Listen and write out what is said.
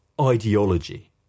ideology